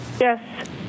Yes